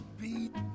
beat